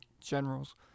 generals